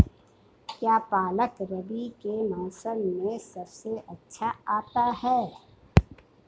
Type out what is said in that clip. क्या पालक रबी के मौसम में सबसे अच्छा आता है?